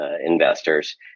investors